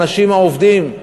האנשים העובדים.